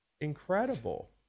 Incredible